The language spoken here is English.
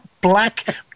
black